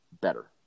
better